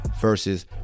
versus